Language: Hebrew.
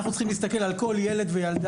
אנחנו צריכים להסתכל על כל ילד וילדה,